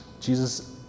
Jesus